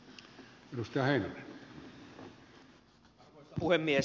arvoisa puhemies